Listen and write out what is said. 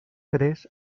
tres